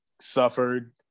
suffered